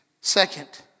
Second